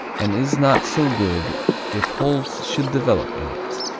and is not so good if holes should develop in it.